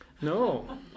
No